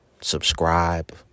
subscribe